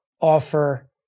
offer